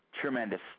Tremendous